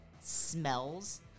smells